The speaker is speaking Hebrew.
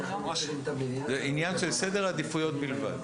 זה עניין של סדר עדיפויות בלבד.